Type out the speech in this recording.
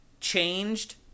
changed